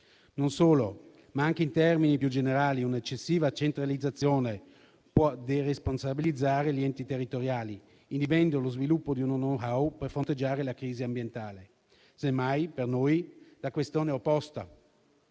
Inoltre, anche in termini più generali, una eccessiva centralizzazione può deresponsabilizzare gli enti territoriali, inibendo lo sviluppo di un *know how* per fronteggiare la crisi ambientale. Semmai, per noi la questione è opposta: